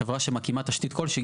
חברה שמקימה תשתית כלשהי,